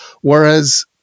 Whereas